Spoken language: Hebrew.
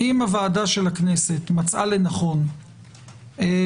אם הוועדה של הכנסת מצאה לנכון בעומס